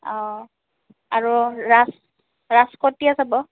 অঁ আৰু ৰাজ ৰাজ কেতিয়া যাব